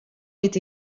est